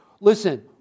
Listen